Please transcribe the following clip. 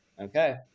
okay